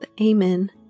Amen